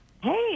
Hey